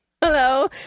hello